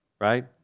right